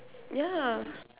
ya